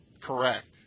Correct